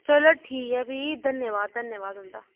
चलो ठीक ऐ फी धन्यवाद धन्यवाद तुंदा